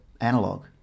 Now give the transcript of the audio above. analog